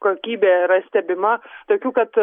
kokybė yra stebima tokių kad